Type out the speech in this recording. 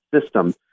system